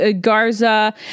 Garza